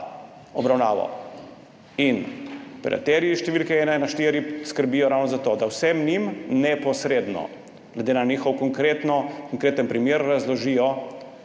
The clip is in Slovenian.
obravnavo. In operaterji številke 114 skrbijo ravno za to, da vsem njim neposredno glede na njihov konkreten primer razložijo,